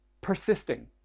persisting